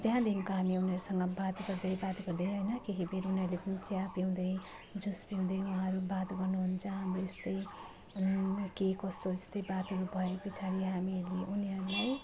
त्यहाँदेखिन्को हामी उनीहरूसँग बात गर्दै बात गर्दै हैन के के फेरि उनीहरूले पनि चिया पिउँदै जुस पिउँदै उहाँहरू बात गर्नुहुन्छ हाम्रो यस्तै के कस्तो यस्तै बातहरू भएपछाडि हामीहरूले उनीहरूलाई